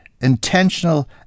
intentional